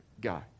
guy